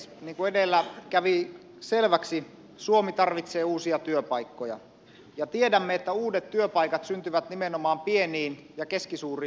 niin kuin edellä kävi selväksi suomi tarvitsee uusia työpaikkoja ja tiedämme että uudet työpaikat syntyvät nimenomaan pieniin ja keskisuuriin yrityksiin